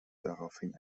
daraufhin